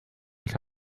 ich